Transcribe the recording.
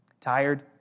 tired